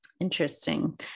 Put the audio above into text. Interesting